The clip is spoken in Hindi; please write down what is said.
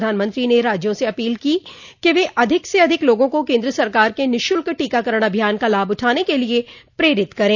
प्रधानमंत्री ने राज्यो से अपील की कि वे अधिक से अधिक लोगों को केन्द्र सरकार के निःशुल्क टीकाकरण अभियान का लाभ उठाने के लिए प्रेरित करें